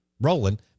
rolling